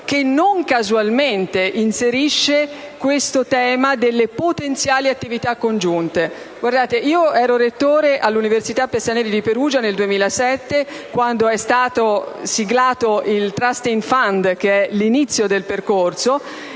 che non casualmente inserisce il tema delle potenziali attività congiunte. Io sono stata rettore all'Università per stranieri di Perugia nel 2007 quando è stato siglato il *trust fund*, che è l'inizio del percorso.